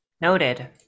noted